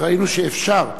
ראינו שאפשר.